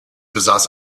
besaß